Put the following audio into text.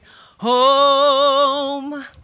home